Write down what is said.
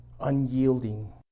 unyielding